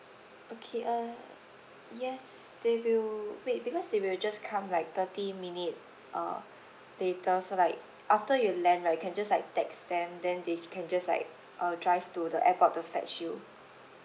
okay uh yes they will wait because they will just come like thirty minute uh later so like after you land right you can just like text them then they can just like uh drive to the airport to fetch you